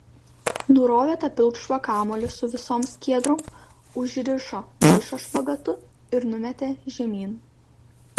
nurovė tą pilkšvą kamuolį su visom skiedrom užrišo maišą špagatu ir numetė žemyn